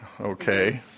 okay